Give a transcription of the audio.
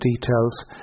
details